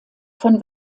von